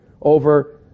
over